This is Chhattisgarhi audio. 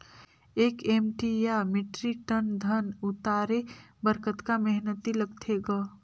एक एम.टी या मीट्रिक टन धन उतारे बर कतका मेहनती लगथे ग?